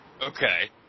Okay